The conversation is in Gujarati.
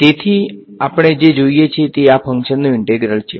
તેથી અને આપણે જે જોઈએ છે તે આ ફંક્શનનું ઈંટેગ્રલ છે